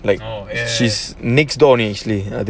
like she's next door actually